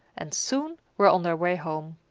and soon were on their way home.